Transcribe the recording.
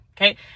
Okay